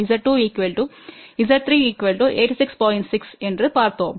6 என்றுபார்த்தோம்